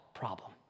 problem